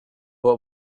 what